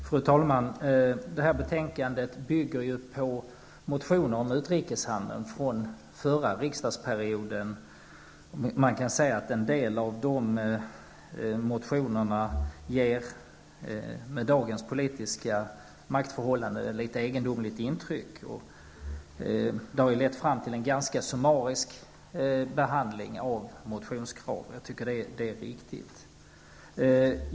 Fru talman! Detta betänkande bygger på motioner om utrikeshandel från förra riksdagsperioden. En del av dessa motioner ger med dagens politiska maktförhållanden ett litet egendomligt intryck. Det har lett fram till en ganska summarisk behandling av motionskraven. Jag tycker att det är viktigt.